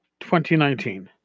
2019